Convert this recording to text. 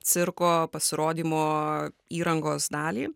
cirko pasirodymo įrangos dalį